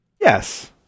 Yes